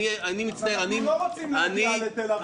אבל אנחנו לא רוצים להגיע לתל אביב,